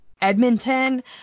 edmonton